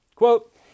Quote